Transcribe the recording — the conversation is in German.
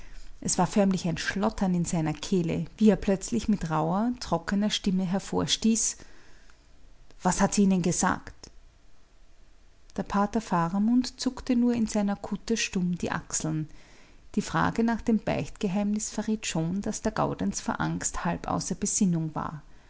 es war förmlich ein schlottern in seiner kehle wie er plötzlich mit rauher trockener stimme hervorstieß was hat sie ihnen gesagt der pater faramund zuckte nur in seiner kutte stumm die achseln die frage nach dem beichtgeheimnis verriet schon daß der gaudenz vor angst halb außer besinnung war